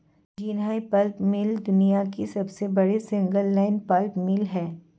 Jinhai pulp mill दुनिया की सबसे बड़ी सिंगल लाइन पल्प मिल है